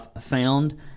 found